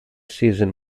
season